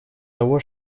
того